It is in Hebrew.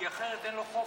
כי אחרת אין לו חופש.